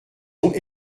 ont